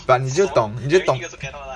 but 你就懂你就懂